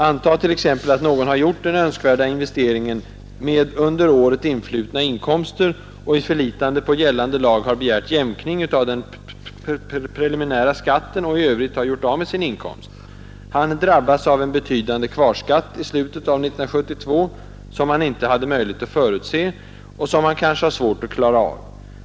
Antag t.ex. att någon har gjort den önskvärda investeringen med under året influtna inkomster, och i förlitande på gällande lag begärt jämkning av den preliminära skatten, och i övrigt har gjort av med sin inkomst. Han drabbas av en betydande kvarskatt i slutet av 1972, som han inte hade möjlighet att förutse och som han kanske har svårt att klara av.